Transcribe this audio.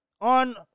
on